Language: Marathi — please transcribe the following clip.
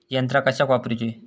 यंत्रा कशाक वापुरूची?